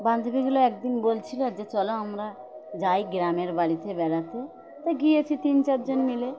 বান্ধবীগুলো একদিন বলছিল যে চল আমরা যাই গ্রামের বাড়িতে বেড়াতে তো গিয়েছি তিন চারজন মিলে